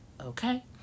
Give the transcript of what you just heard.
okay